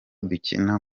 dukina